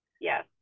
Yes